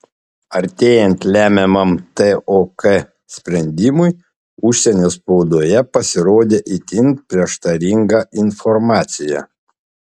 artėjant lemiamam tok sprendimui užsienio spaudoje pasirodė itin prieštaringa informacija